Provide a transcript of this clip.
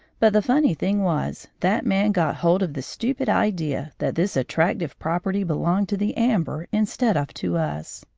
but the funny thing was that man got hold of the stupid idea that this attractive property belonged to the amber instead of to us.